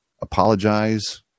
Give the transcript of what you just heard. apologize